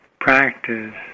practice